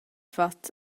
fat